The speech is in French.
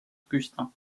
augustin